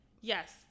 yes